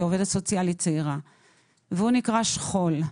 כעובדת סוציאלית צעירה - והוא נקרא שכול.